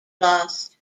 lost